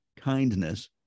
kindness